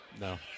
No